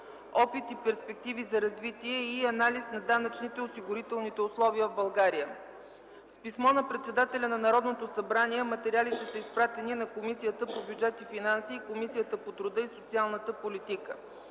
опит и перспективи за развитие” и анализ на данъчните и осигурителните условия в България. С писмо на председателя на Народното събрание, материалите са изпратени на Комисията по бюджет и финанси и Комисията по труда и социалната политика.